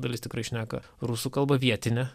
dalis tikrai šneka rusų kalba vietine